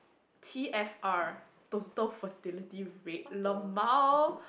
T_F_R total fertility rate L_M_A_O